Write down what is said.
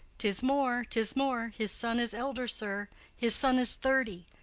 tis more, tis more! his son is elder, sir his son is thirty.